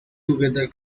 together